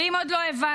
ואם עוד לא הבנתם,